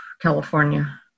California